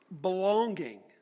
Belonging